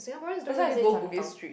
Singaporeans don't really go Bugis Street